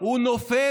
הוא גם נופל.